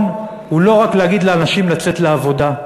הוא לא רק להגיד לאנשים לצאת לעבודה.